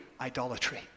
idolatry